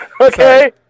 Okay